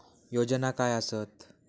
योजना काय आसत?